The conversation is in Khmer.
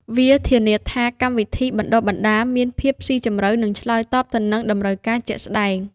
វាធានាថាកម្មវិធីបណ្តុះបណ្តាលមានភាពស៊ីជម្រៅនិងឆ្លើយតបទៅនឹងតម្រូវការជាក់ស្តែង។